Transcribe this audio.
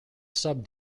sub